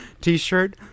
t-shirt